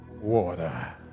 water